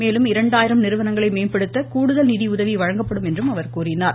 மேலும் இரண்டாயிரம் நிறுவனங்களை மேம்படுத்த கூடுதல் நிதி உதவி வழங்கப்படும் என்றும் அவர் கூறினார்